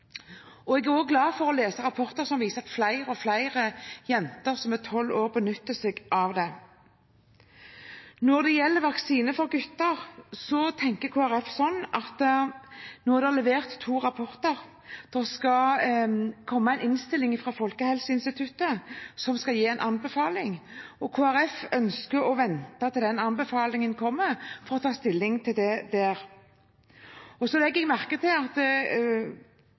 Jeg er også glad for å lese rapporter som viser at flere og flere jenter som er 12 år, benytter seg av den. Når det gjelder vaksine for gutter, så tenker Kristelig Folkeparti at nå er det levert to rapporter, og det skal komme en innstilling fra Folkehelseinstituttet som skal gi en anbefaling, og Kristelig Folkeparti ønsker å vente med å ta stilling til den anbefalingen kommer. Jeg legger merke til at representanten Kari Kjønaas Kjos fra Fremskrittspartiet sier at